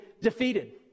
defeated